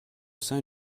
sein